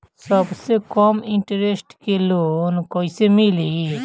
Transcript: सबसे कम इन्टरेस्ट के लोन कइसे मिली?